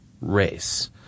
race